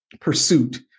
pursuit